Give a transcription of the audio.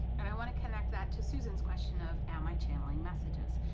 and i want to connect that to susan's question of, am i channeling messages?